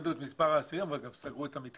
הורידו את מספר האסירים אבל גם סגרו את המתקן.